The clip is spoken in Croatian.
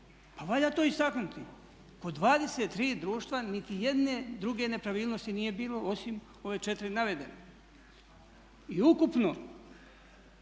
a valja to istaknuti. Od 23 društva niti jedne druge nepravilnosti nije bilo osim ove četiri navedene. I ukupno